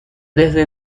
desde